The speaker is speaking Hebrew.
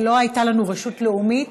ולא הייתה לנו רשות לאומית,